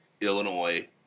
Illinois